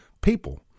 people